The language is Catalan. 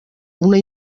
una